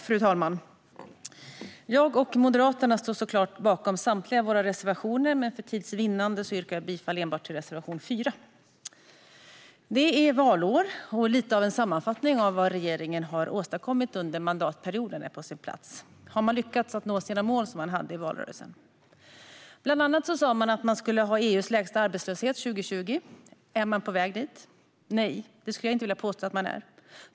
Fru talman! Jag och Moderaterna står såklart bakom samtliga våra reservationer, men för tids vinnande yrkar jag bifall enbart till reservation 4. Det är valår, och lite av en sammanfattning av vad regeringen har åstadkommit under mandatperioden är på sin plats. Har man lyckats att nå de mål som man hade i valrörelsen? Bland annat sa man att man skulle ha EU:s lägsta arbetslöshet 2020. Är man på väg dit? Nej, det skulle jag inte vilja påstå att man är.